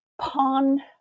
pawn